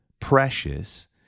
precious